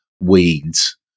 weeds